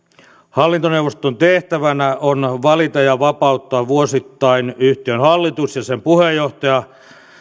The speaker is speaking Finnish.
hallintoneuvoston tehtävänä on valita ja vapauttaa vuosittain yhtiön hallitus ja sen puheenjohtaja sekä